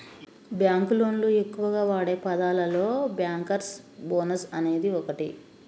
బాంకులోళ్లు ఎక్కువగా వాడే పదాలలో బ్యాంకర్స్ బోనస్ అనేది ఓటి